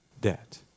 debt